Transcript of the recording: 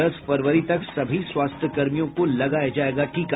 दस फरवरी तक सभी स्वास्थ्यकर्मियों को लगाया जायेगा टीका